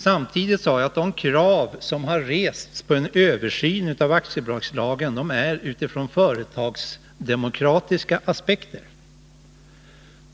Samtidigt sade jag att kraven på en översyn av aktiebolagslagen har rests utifrån företagsdemokratiska aspekter.